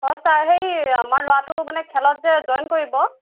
অঁ ছাৰ সেই আমাৰ ল'ৰাটো মানে খেলত যে জইন কৰিব